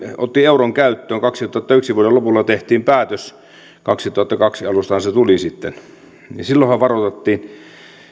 otti euron käyttöön vuoden kaksituhattayksi lopulla tehtiin päätös kaksituhattakaksi alustahan se tuli sitten niin silloinhan varoitettiin